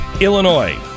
Illinois